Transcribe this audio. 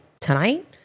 tonight